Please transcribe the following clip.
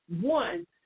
one